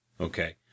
Okay